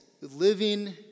living